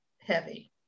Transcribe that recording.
heavy